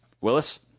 Willis